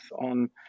on